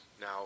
Now